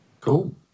Cool